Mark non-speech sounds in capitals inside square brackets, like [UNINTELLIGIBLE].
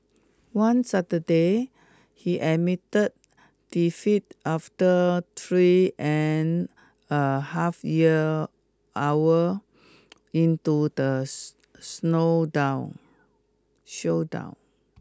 one Saturday he admitted defeat after three and a half year hour into the [UNINTELLIGIBLE] slow down showdown